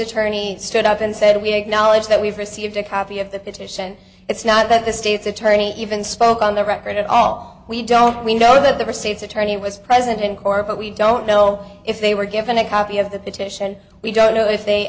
attorney stood up and said we acknowledge that we've received a copy of the petition it's not that the state's attorney even spoke on the record at all we don't we know that there were states attorney was present in court but we don't know if they were given a copy of the petition we don't know if they